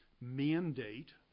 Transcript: mandate